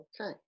Okay